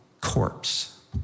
corpse